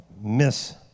Miss